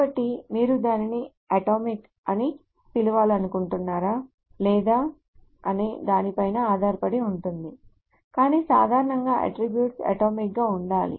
కాబట్టి మీరు దానిని అటామిక్ అని పిలవాలనుకుంటున్నారా లేదా అనే దానిపై ఆధారపడి ఉంటుంది కాని సాధారణంగా అట్ట్రిబ్యూట్స్ అటామిక్ గా ఉండాలి